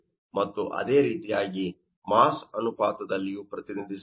ಮತ್ತು ಅದೇ ರೀತಿಯಾಗಿ ಮಾಸ್ ಅನುಪಾತದಲ್ಲಿಯೂ ಪ್ರತಿನಿಧಿಸಬಹುದು